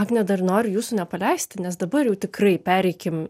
agne dar noriu jūsų nepaleisti nes dabar jau tikrai pereikim